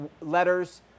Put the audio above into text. letters